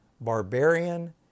barbarian